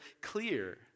clear